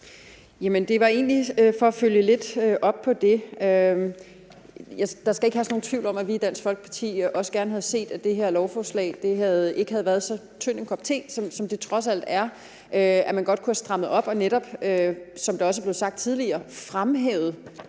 Det var egentlig for at følge lidt op på det. Der skal ikke herske nogen tvivl om, at vi i Dansk Folkeparti også gerne havde set, at det her lovforslag ikke havde været så tynd en kop te, som det trods alt er, og at man godt kunne have strammet op og netop, som der også er blevet sagt tidligere –